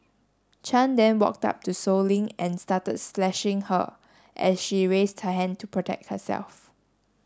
chan then walked up to Sow Lin and started slashing her as she raised her hand to protect herself